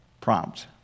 prompt